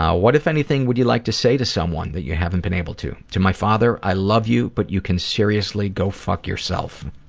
what, if anything, would you like to say to someone that you haven't been able to to my father, i love you, but you can seriously go fuck yourself.